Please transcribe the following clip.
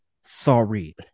Sorry